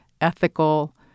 ethical